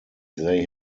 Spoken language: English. they